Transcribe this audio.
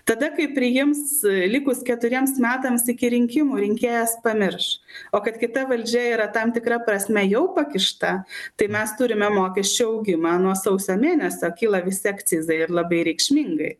tada kai priims likus keturiems metams iki rinkimų rinkėjas pamirš o kad kita valdžia yra tam tikra prasme jau pakišta tai mes turime mokesčių augimą nuo sausio mėnesio kyla visi akcizai ir labai reikšmingai